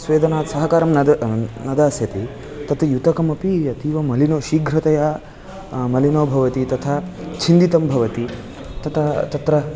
स्वेदनात् सहकारं न न दास्यति तत् युतकमपि अतीव मलिनो शीघ्रतया मलिनो भवति तथा छिन्दितं भवति तथा तत्र